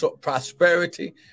prosperity